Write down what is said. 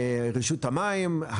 רשות המים,